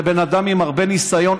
זה בן אדם עם הרבה ניסיון.